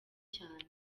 cyane